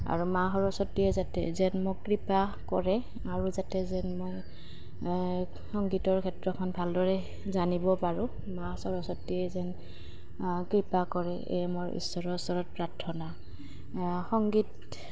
আৰু মা সৰস্বতীয়ে যাতে যেন মোক কৃপা কৰে আৰু যাতে যেন মই সংগীতৰ ক্ষেত্ৰখন ভালদৰে জানিব পাৰোঁ মা সৰস্বতীয়ে যেন কৃপা কৰে এই মোৰ ঈশ্বৰৰ ওচৰত প্ৰাৰ্থনা সংগীত